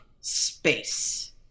space